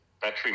battery